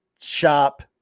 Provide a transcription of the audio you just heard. shop